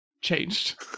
changed